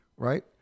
right